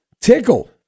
tickle